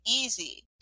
easy